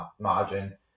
margin